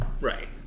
right